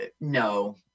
No